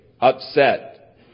upset